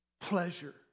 pleasure